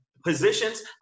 positions